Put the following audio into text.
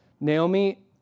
Naomi